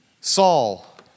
Saul